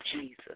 Jesus